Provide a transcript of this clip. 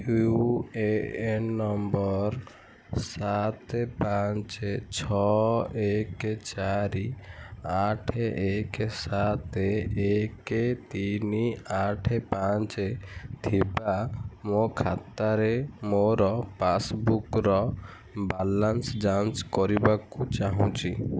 you A N ନମ୍ବର ସାତ ପାଞ୍ଚ ଛଅ ଏକ ଚାରି ଆଠ ଏକ ସାତ ଏକ ତିନି ଆଠ ପାଞ୍ଚ ଥିବା ମୋ ଖାତାରେ ମୋର ପାସ୍ବୁକ୍ର ବାଲାନ୍ସ ଯାଞ୍ଚ କରିବାକୁ ଚାହୁଁଛି